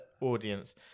audience